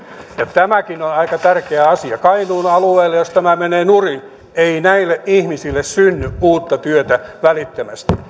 tämäkin on aika tärkeä asia kainuun alueelle jos tämä menee nurin ei näille ihmisille synny uutta työtä välittömästi